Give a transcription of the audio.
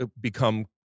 become